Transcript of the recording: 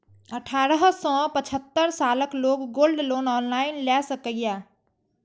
अठारह सं पचहत्तर सालक लोग गोल्ड लोन ऑनलाइन लए सकैए